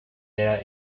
era